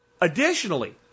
Additionally